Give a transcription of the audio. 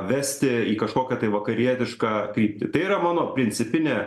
vesti į kažkokią tai vakarietišką kryptį tai yra mano principinė